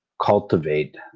cultivate